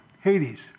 Hades